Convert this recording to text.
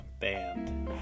band